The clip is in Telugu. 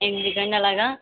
ఎందుకండి అలాగ